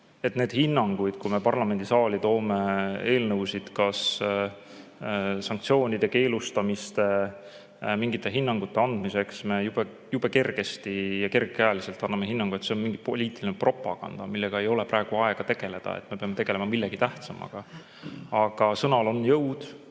tundub, et kui me parlamendisaali toome eelnõusid kas sanktsioonide keelustamisteks või mingite hinnangute andmiseks, siis me kergesti, kergekäeliselt anname hinnangu, et see on mingi poliitiline propaganda, millega ei ole praegu aega tegeleda, me peame tegelema millegi tähtsamaga. Aga sõnal on jõud,